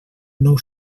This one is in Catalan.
nou